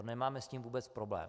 Nemáme s tím vůbec problém.